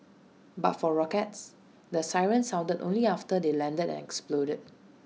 but for rockets the sirens sounded only after they landed and exploded